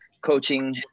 coaching